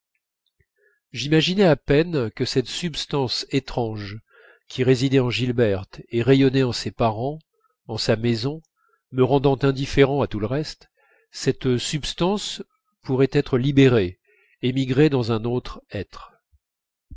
j'imaginais à peine que cette substance étrange qui résidait en gilberte et rayonnait en ses parents en sa maison me rendant indifférent à tout le reste cette substance pourrait être libérée émigrer dans un autre être